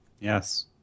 Yes